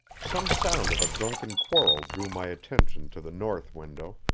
some sound of a drunken quarrel drew my attention to the north window,